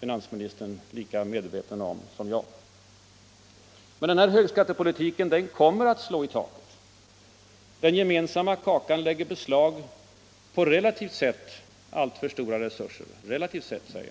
finansministern lika medveten om som jag. Men denna högskattepolitik kommer att slå i taket. Den gemensamma kakan lägger beslag relativt sett — jag understryker relativt sett — på alltför stora resurser.